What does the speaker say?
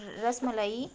rasmalai